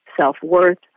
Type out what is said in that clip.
self-worth